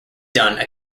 done